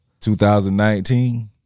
2019